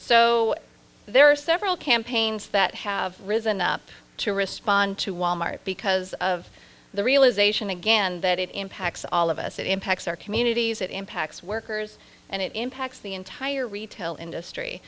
so there are several campaigns that have risen up to respond to wal mart because of the realization again that it impacts all of us it impacts our communities it impacts workers and it impacts the entire retail industry